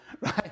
Right